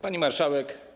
Pani Marszałek!